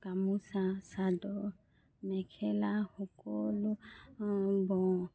গামোচা চাদৰ মেখেলা সকলো বওঁ